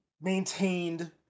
maintained